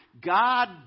God